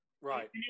right